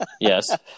Yes